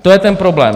To je ten problém!